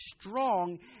strong